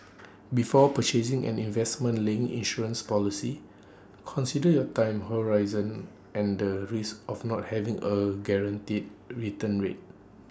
before purchasing an investment linked insurance policy consider your time horizon and the risks of not having A guaranteed return rate